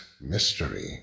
mystery